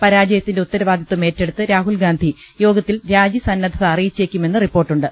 പരാജയത്തിന്റെ ഉത്തരവാദിത്വം ഏറ്റെടുത്ത് രാഹുൽഗാന്ധി യോഗത്തിൽ രാജി സന്നദ്ധത അറിയിച്ചേക്കുമെന്ന് റിപ്പോർട്ടുണ്ട്